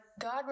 God